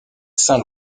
saint